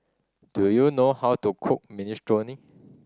do you know how to cook Minestrone